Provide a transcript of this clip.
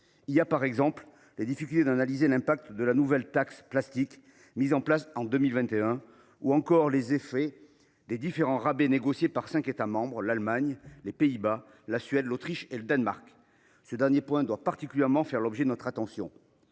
Il y a, par exemple, les difficultés pour analyser l’impact de la nouvelle taxe plastique mise en place en 2021 ou encore les effets des différents rabais négociés par cinq États membres – l’Allemagne, les Pays Bas, la Suède, l’Autriche et le Danemark. Ce dernier point doit particulièrement faire l’objet de notre attention.